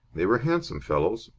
they were handsome fellows,